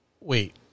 wait